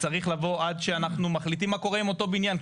לעבור עד שאנחנו מחליטים עם אותו בניין.